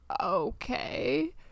okay